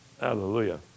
Hallelujah